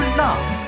love